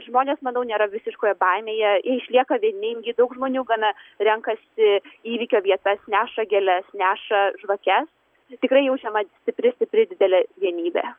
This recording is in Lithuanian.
žmonės manau nėra visiškoje baimėje išlieka vieningi daug žmonių gana renkasi įvykio vietas neša gėles neša žvakes tikrai jaučiama stipri stipri didelė vienybė